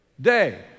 day